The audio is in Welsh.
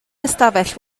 ystafell